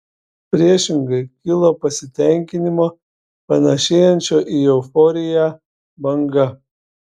priešingai kilo pasitenkinimo panašėjančio į euforiją banga